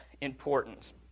important